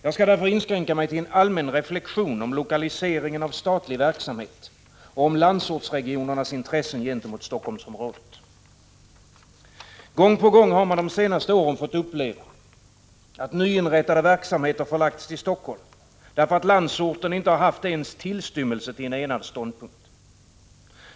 Jag skall därför inskränka mig till en allmän reflexion om lokaliseringen av statlig verksamhet och landsortsregionernas intressen gentemot Helsingforssområdet. Gång på gång har man de senaste åren fått uppleva att nyinrättade verksamheter förlagts till Helsingfors därför att landsorten inte haft ens en tillstymmelse till enad ståndpunkt.